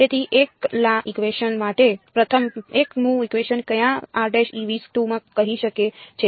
તેથી 1લા ઇકવેશન માટે પ્રથમ 1મું ઇકવેશન ક્યાં કહી શકે છે